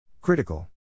Critical